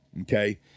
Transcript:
okay